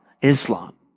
Islam